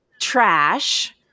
trash